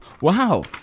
Wow